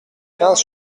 quinze